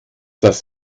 das